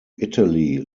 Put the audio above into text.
italy